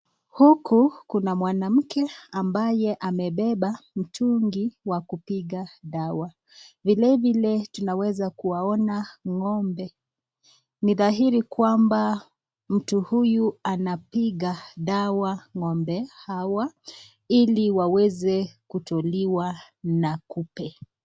Huku kuna mwanamke ambaye amebeba mtungi wa kupiga dawa. Vile vile tunaweza kuwaona ngombe, ni dhahiri kwamba mtu huyu anapiga dawa ngombe hawa, ili waweze kutoliwa na kupe.